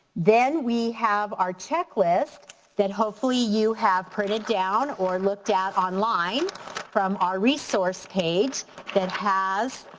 then we have our checklist that hopefully you have printed down or looked at online from our resource page that has